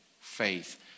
faith